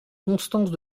constance